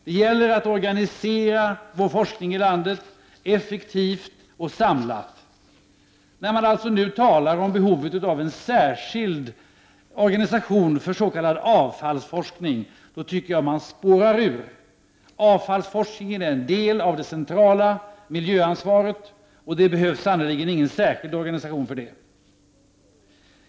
Det gäller att organisera forskningen i landet effektivt och samlat. När man talar om behovet av en särskild organisation för s.k. avfallsforskning, tycker jag att man spårar ur. Avfallsforskningen är en del av det centrala miljöansvaret, och det behövs sannerligen ingen särskild organisation för det.